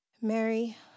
Mary